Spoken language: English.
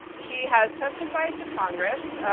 he has testified to congress.